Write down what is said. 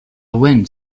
went